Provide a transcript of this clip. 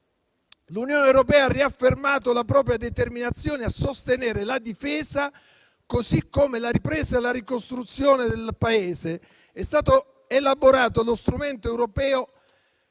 l'Unione europea ha riaffermato la propria determinazione a sostenere la difesa, così come la ripresa e la ricostruzione del Paese. È stato elaborato lo strumento europeo